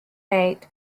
mate